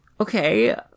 okay